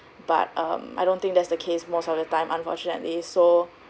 but um I don't think that's the case most of the time unfortunately so